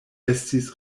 estis